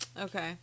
Okay